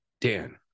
Dan